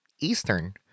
Eastern